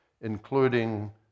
including